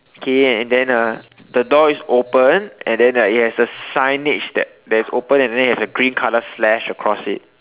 okay and then uh the door is open and then like it has a signage that that it's open and then there's a green colour slash across it